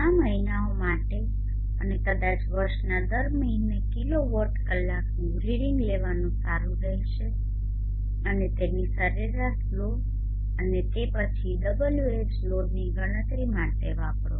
ઘણા મહિનાઓ માટે અને કદાચ વર્ષના દર મહિને કિલોવોટ કલાકનુ રીડીંગ લેવાનું સારું રહેશે અને તેની સરેરાશ લો અને તે પછી Whloadની ગણતરી માટે વાપરો